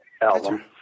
album